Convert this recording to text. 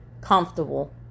comfortable